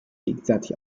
gegenseitig